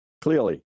clearly